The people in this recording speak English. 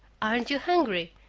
aren't you hungry?